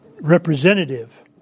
representative